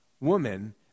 woman